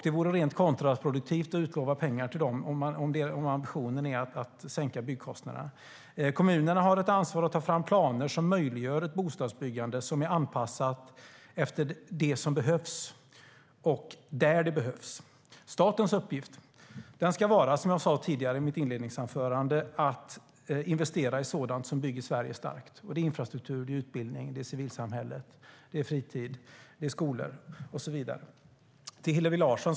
Det vore rent kontraproduktivt att utlova pengar till dem om ambitionen är att sänka byggkostnaderna. Hillevi Larsson!